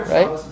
Right